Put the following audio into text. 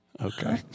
Okay